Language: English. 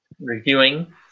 reviewing